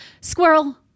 squirrel